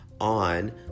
on